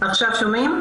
עכשיו שומעים?